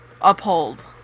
uphold